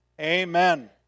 amen